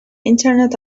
internet